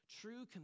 true